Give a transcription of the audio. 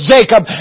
Jacob